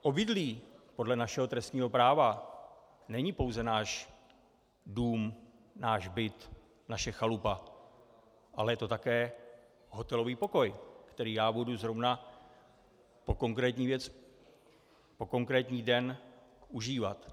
Obydlí podle našeho trestního práva není pouze náš dům, náš byt, naše chalupa, ale je to také hotelový pokoj, který já budu zrovna po konkrétní věc, po konkrétní den užívat.